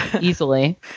Easily